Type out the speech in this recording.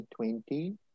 2020